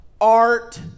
art